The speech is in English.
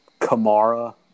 Kamara –